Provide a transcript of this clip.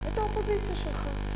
את האופוזיציה שלך.